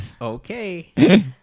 Okay